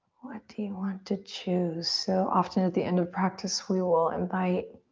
what do you want to choose? so often at the end of practice we will invite